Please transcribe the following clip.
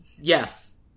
Yes